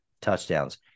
touchdowns